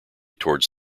toward